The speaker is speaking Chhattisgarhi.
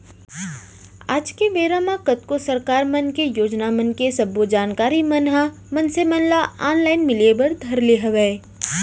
आज के बेरा म कतको सरकार मन के योजना मन के सब्बो जानकारी मन ह मनसे मन ल ऑनलाइन मिले बर धर ले हवय